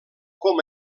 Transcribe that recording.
com